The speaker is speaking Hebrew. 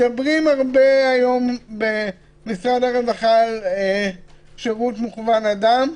מדברים הרבה היום במשרד הרווחה על שירות מוכוון אדם,